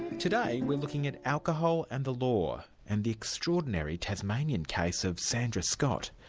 today we're looking at alcohol and the law, and the extraordinary tasmanian case of sandra scott.